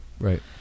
Right